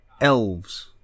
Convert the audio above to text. elves